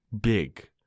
big